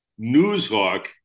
NewsHawk